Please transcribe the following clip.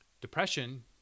depression